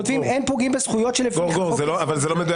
כתוב: אין פוגעים בזכויות שלפי החוק --- זה לא מדויק,